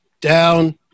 down